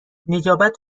نجابت